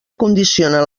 condicionen